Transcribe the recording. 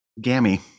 Gammy